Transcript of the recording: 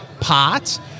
pot